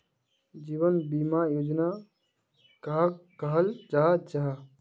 जीवन बीमा योजना कहाक कहाल जाहा जाहा?